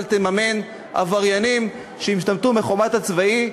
תממן עבריינים שהשתמטו מחובת השירות הצבאי.